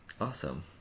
awesome